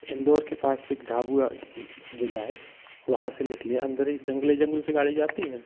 इंदौर के पास एक झाबुआ ज़िला है वहाँ से निकले अंदर ही जंगल जंगल से गाड़ी जाती है